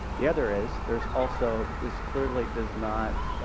the other is there is also this clearly does not